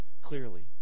clearly